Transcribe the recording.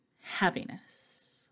happiness